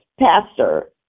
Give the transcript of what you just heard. pastor